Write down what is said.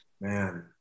Man